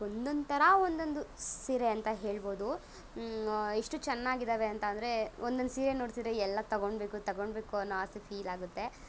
ಒಂದೊಂದು ಥರ ಒಂದೊಂದು ಸೀರೆ ಅಂತ ಹೇಳ್ಬೋದು ಎಷ್ಟು ಚೆನ್ನಾಗಿದ್ದಾವೆ ಅಂತಂದರೆ ಒಂದೊಂದು ಸೀರೆ ನೋಡ್ತಿದ್ದರೆ ಎಲ್ಲ ತಗೊಳ್ಬೇಕು ತಗೊಳ್ಬೇಕು ಅನ್ನೋ ಆಸೆ ಫೀಲಾಗುತ್ತೆ